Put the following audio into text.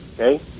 Okay